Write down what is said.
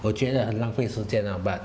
我觉得很浪费时间 lah but